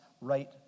right